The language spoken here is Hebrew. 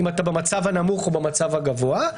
אם אתה במצב הנמוך או במצב הגבוה.